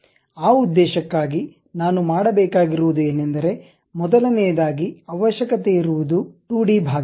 ಆ ಉದ್ದೇಶಕ್ಕಾಗಿ ನಾನು ಮಾಡಬೇಕಾಗಿರುವುದು ಏನೆಂದರೆ ಮೊದಲನೆಯದಾಗಿ ಅವಶ್ಯಕತೆ ಇರುವುದು 2 ಡಿ ಭಾಗ